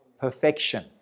Perfection